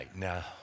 Now